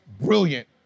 brilliant